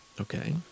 Okay